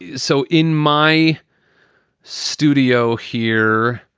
so in my studio here.